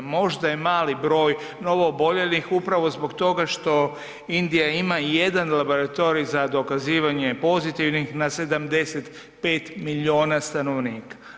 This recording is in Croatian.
Možda je mali broj novooboljelih upravo zbog toga što Indija ima i 1 laboratorij za dokazivanje pozitivnih na 75 miliona stanovnika.